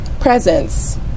Presence